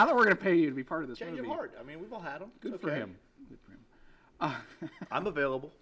how we're going to pay you to be part of the change of heart i mean we've all had a good for him i'm available